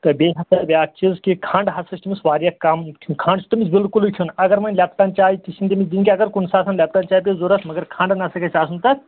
تہٕ بیٚیہِ ہَسا بیٛاکھ چیٖز کہ کھَنٛڈ ہَسا چھِ تٔمِس واریاہ کَم کھیوٚن کھَنٛڈ چھِ تٔمِس بِلکُلٕے کھیوٚن اگر وۄںۍ لیپٹَن چاے تہِ چھِنہٕ تٔمِس دِنۍ کینٛہہ اگر کُنہِ ساتَن لیپٹَن چاے پے ضروٗرت مگر کھَنٛڈ نَسا گژھِ آسُن تَتھ